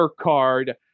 card